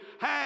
Hey